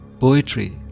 Poetry